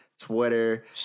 Twitter